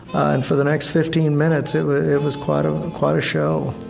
and for the next fifteen minutes it it was quite ah quite a show.